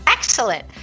excellent